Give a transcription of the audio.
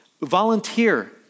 Volunteer